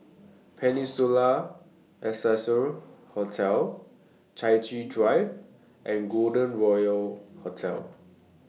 Peninsula Excelsior Hotel Chai Chee Drive and Golden Royal Hotel